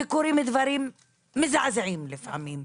וקורים דברים מזעזעים לפעמים.